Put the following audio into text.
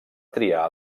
triar